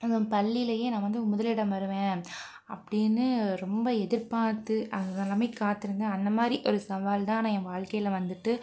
பள்ளியிலையே நான் வந்து முதலிடம் வருவேன் அப்படினு ரொம்ப எதிர்பாத்து அதெல்லாமே காத்திருந்தேன் அந்தமாதிரி ஒரு சவால் தான் நான் என் வாழ்க்கையில வந்துட்டு